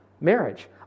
marriage